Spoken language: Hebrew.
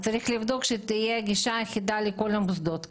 צריך לבדוק שתהיה גישה אחידה לכל המוסדות האלה.